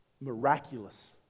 miraculous